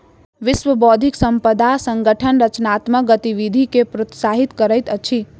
विश्व बौद्धिक संपदा संगठन रचनात्मक गतिविधि के प्रोत्साहित करैत अछि